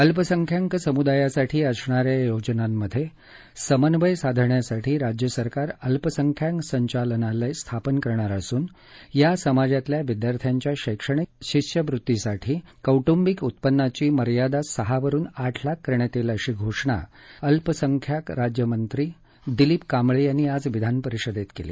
अल्पसंख्याक समुदायासाठी असणाऱ्या योजनांमध्ये समन्वय साधण्यासाठी राज्य सरकार अल्पसंख्याक संचालनालय स्थापन करणार असून या समाजातल्या विद्यार्थ्यांच्या शैक्षणिक शिष्यवृत्तीसाठी कौटुंबिक उत्पन्नाची मर्यादा सहावरून आठ लाख करण्यात येईल अशी घोषणा अल्पसंख्याक राज्यमंत्री दिलीप कांबळे यांनी आज विधानपरिषदेत केली